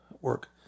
work